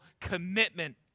commitment